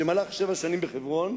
שמלך שבע שנים בחברון